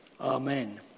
Amen